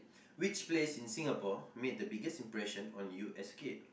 which place in Singapore made the biggest impression on you as a kid